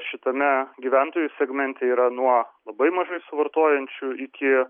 šitame gyventojų segmente yra nuo labai mažai suvartojančių iki